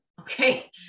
okay